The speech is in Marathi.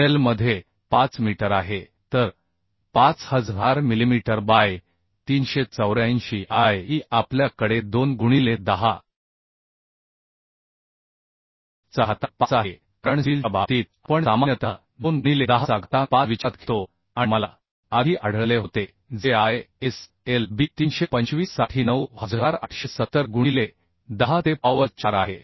तर L मध्ये 5 मीटर आहे तर 5000 millimetre by 384 E I E आपल्या कडे 2 गुणिले 10 चा घातांक 5 आहे कारण स्टीलच्या बाबतीत आपण सामान्यतः 2 गुणिले 10 चा घातांक 5 विचारात घेतो आणि मला आधी आढळले होते जे ISLB 325 साठी 9870 गुणिले 10 ते पॉवर 4 आहे